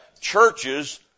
churches